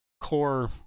core